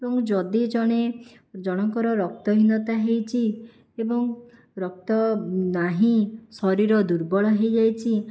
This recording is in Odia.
ଏବଂ ଯଦି ଜଣେ ଜଣଙ୍କର ରକ୍ତହୀନତା ହେଇଛି ଏବଂ ରକ୍ତ ନାହିଁ ଶରୀର ଦୁର୍ବଳ ହେଇଯାଇଛି